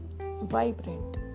Vibrant